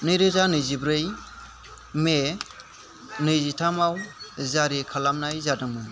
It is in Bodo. नैरोजा नैजिब्रै मे नैजिथामाव जारि खालामनाय जादोंमोन